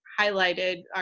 highlighted